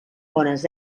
bones